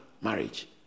marriage